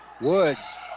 Woods